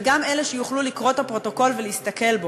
וגם אלה שיוכלו לקרוא את הפרוטוקול ולהסתכל בו.